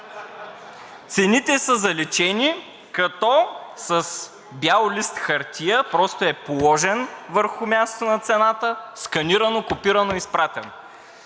Цените са заличени, като бял лист хартия просто е положен върху мястото на цената, сканирано, копирано и изпратено.